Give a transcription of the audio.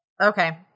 Okay